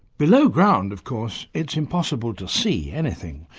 below ground of course it's impossible to see anything,